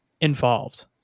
involved